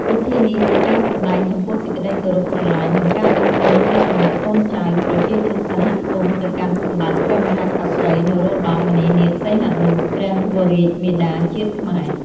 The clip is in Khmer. ពិធីនេះជាការសម្ដែងចំពោះសេចក្ដីគោរពស្រឡាញ់ និងការដឹងគុណពីសំណាក់កូនចៅ ប្រជាជនសហគមន៍ ទៅកាន់សម្តេចព្រះមហាក្សត្រី នរោត្តម មុនិនាថ សីហនុ ព្រះវររាជមាតាជាតិខ្មែរ